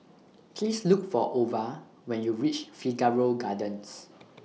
Please Look For Ova when YOU REACH Figaro Gardens